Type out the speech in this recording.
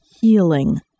healing